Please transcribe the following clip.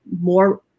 more